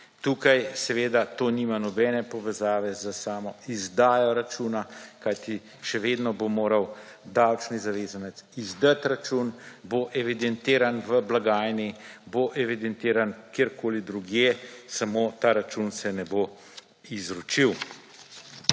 Tukaj seveda to nima nobene povezave z samo izdajo računa, kajti še vedno bo moral davčni zavezanec izdat račun, bo evidentiran v blagajni, bo evidentiran kjerkoli drugje, samo ta račun se ne bo izročil.